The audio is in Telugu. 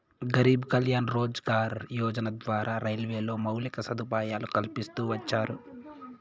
గరీబ్ కళ్యాణ్ రోజ్గార్ యోజన ద్వారా రైల్వేలో మౌలిక సదుపాయాలు కల్పిస్తూ వచ్చారు